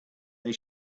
they